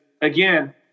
again